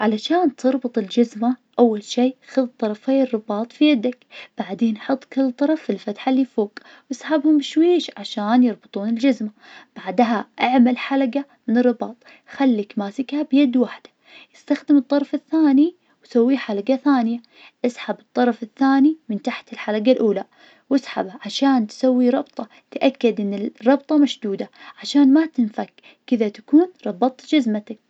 علشان تربط الجزمة, أول شي خد طرفي الرباط في يدك, بعدين حط كل طرف في الفتحة اللي فوق, اسحبهم بشويش عشان يربطون الجزمة, بعدها اعمل حلقة للرباط, خلك ماسكها بيد واحدة, استخدم الطرف الثاني وسوي حلقة ثانية, اسحب الطرف الثاني من تحت الحلقة الأولى, واسحبه عشان تسوي رابطة, تأكد إن الربطة مشدودة, عشان ما تنفك, كذا تكون ربطت جزمتك.